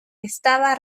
estaba